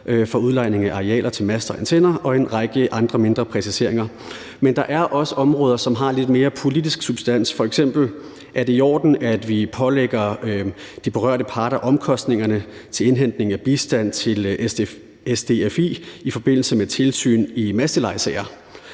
til udlejning af arealer til mobilmaster og antenner, og en række andre mindre præciseringer. Men der er også områder, som har lidt mere politisk substans. Er det f.eks. i orden, at vi pålægger de berørte parter omkostningerne ved indhentning af bistand til SDFI i forbindelse med tilsyn i sager